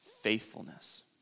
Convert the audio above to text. faithfulness